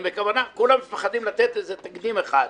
זה בכוונה, כולם מפחדים לתת איזה תקדים אחד.